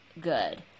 good